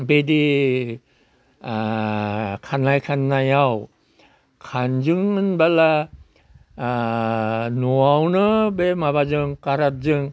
बेदि खानाय खाननायाव खानजों होनब्ला न'आवनो बे माबाजों खारादजों